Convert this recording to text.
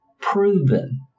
proven